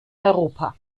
europa